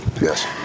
yes